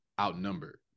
outnumbered